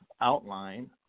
outline